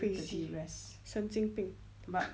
crazy 神经病